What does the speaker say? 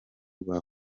rwa